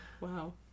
Wow